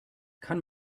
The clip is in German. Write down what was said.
kann